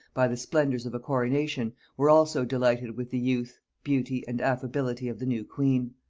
by the splendors of a coronation, were also delighted with the youth, beauty, and affability of the new queen.